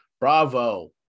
bravo